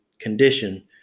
condition